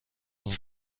این